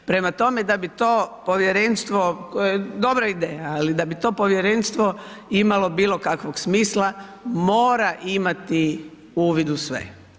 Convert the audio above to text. Prema tome, da bi to povjerenstvo koje je dobra ideja ali da bi to povjerenstvo imalo bilokakvog smisla, mora imati uvid u sve.